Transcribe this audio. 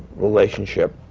relationship.